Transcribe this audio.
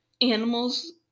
animals